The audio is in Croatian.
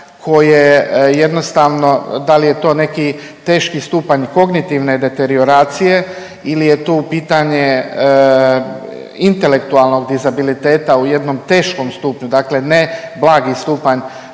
koje jednostavno, da li je to neki teški stupanj kognitivne deterioracije ili je to u pitanje intelektualnog dizabiliteta u jednom teškom stupnju, dakle ne blagi stupanj